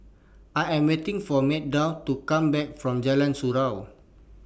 I Am waiting For Meadow to Come Back from Jalan Surau